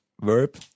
verb